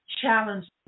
challenges